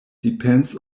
depends